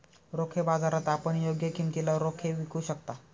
रोखे बाजारात आपण योग्य किमतीला रोखे विकू शकता